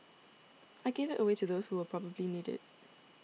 I gave it away to those who will probably need it